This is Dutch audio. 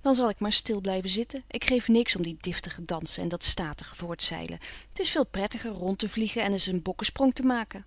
dan zal ik maar stil blijven zitten ik geef niks om die deftige dansen en dat statige voortzeilen t is veel prettiger rond te vliegen en eens een bokkesprong te maken